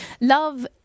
love